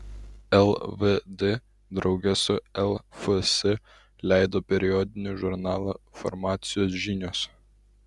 lvd drauge su lfs leido periodinį žurnalą farmacijos žinios